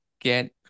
get